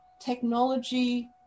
Technology